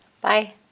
Bye